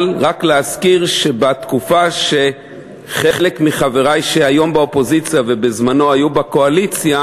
אבל רק להזכיר שבתקופה שחלק מחברי שהם היום ובזמנם היו בקואליציה,